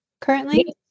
currently